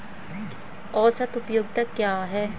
औसत उपयोगिता क्या है?